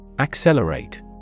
Accelerate